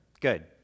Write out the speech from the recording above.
Good